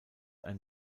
ein